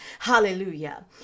Hallelujah